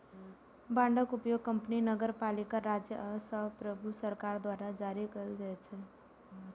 बांडक उपयोग कंपनी, नगरपालिका, राज्य आ संप्रभु सरकार द्वारा जारी कैल जाइ छै